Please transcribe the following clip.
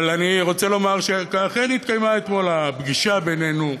אבל אני רוצה לומר שאכן התקיימה אתמול הפגישה בינינו.